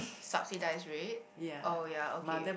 subsidised rate oh ya okay